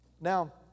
Now